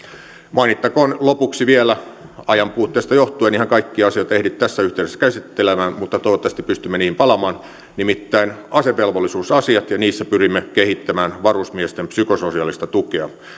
mainittakoon lopuksi vielä ajanpuutteesta johtuen en ihan kaikkia asioita ehdi tässä yhteydessä käsittelemään mutta toivottavasti pystymme niihin palaamaan asevelvollisuusasiat ja niissä pyrimme kehittämään varusmiesten psykososiaalista tukea